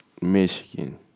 Michigan